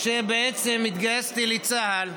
כשהתגייסתי לצה"ל,